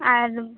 ᱟᱨ